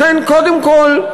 לכן, קודם כול,